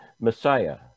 Messiah